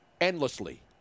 Endlessly